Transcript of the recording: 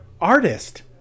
artist